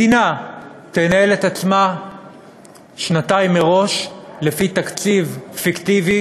מדינה תנהל את עצמה שנתיים מראש לפי תקציב פיקטיבי